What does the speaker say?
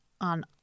on